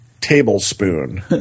tablespoon